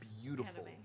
beautiful